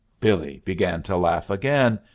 billee began to laugh again.